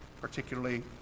particularly